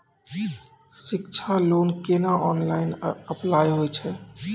शिक्षा लोन केना online apply होय छै?